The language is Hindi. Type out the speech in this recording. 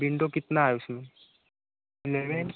बिंडो कितना है उसमें एलेवन